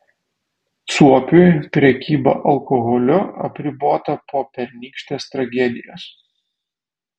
suopiui prekyba alkoholiu apribota po pernykštės tragedijos